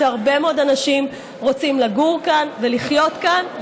שהרבה מאוד אנשים רוצים לגור כאן ולחיות כאן,